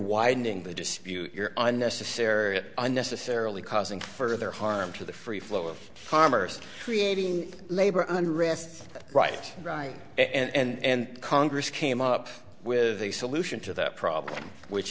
widening the dispute you're unnecessary it unnecessarily causing further harm to the free flow of farmers creating labor under arrest right and congress came up with a solution to that problem which